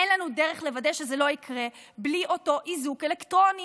אין לנו דרך לוודא שזה לא יקרה בלי אותו איזוק אלקטרוני.